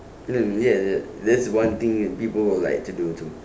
um ya ya that's one thing people will like to do too